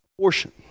portion